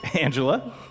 Angela